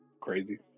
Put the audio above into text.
crazy